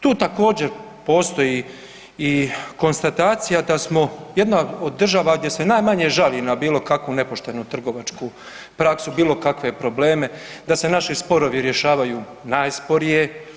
Tu također postoji i konstatacija da smo jedna od država gdje se najmanje žali na bilo kakvu nepoštenu trgovačku praksu, bilo kakve probleme, da se naši sporovi rješavaju najsporije.